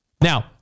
Now